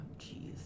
jeez